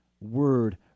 word